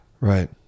Right